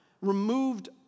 removed